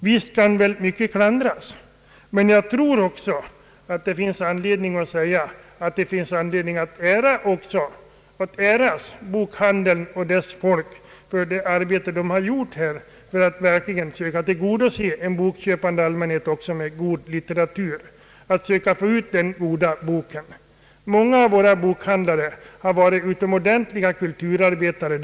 Kanske kan en del klandras i denna bransch, men det finns också skäl att hedra bokhandeln och dess medhjälpare för det arbete som utförts i syfte att förse allmänheten med god litteratur. Många av våra bokhandlare har varit utomordentliga kulturarbetare.